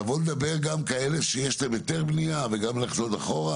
לבוא לדבר גם כאלה שיש להם היתר בנייה וגם לחזור אחורה,